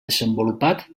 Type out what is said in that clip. desenvolupat